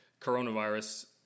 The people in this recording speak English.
coronavirus